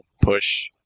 push